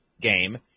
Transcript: game